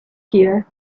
here